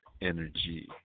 energy